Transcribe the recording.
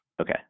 Okay